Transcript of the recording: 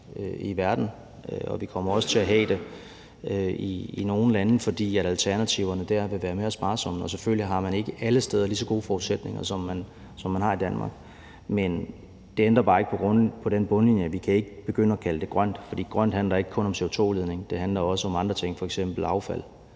i verden, og at vi også kommer til at have det i nogle lande, fordi alternativerne dér vile være mere sparsomme. Og selvfølgelig har man ikke alle steder lige så gode forudsætninger, som vi har i Danmark. Men det ændrer bare ikke på bundlinjen, nemlig at vi ikke kan begynde at kalde det grønt, for grønt handler ikke kun om CO2-udledning. Det handler også om andre ting, f.eks. affald.